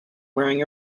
wearing